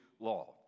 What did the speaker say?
Law